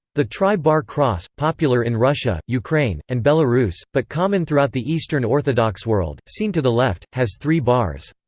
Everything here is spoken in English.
the tri-bar cross, popular in russia, ukraine, and belarus, but common throughout the eastern orthodox world, seen to the left, has three bars.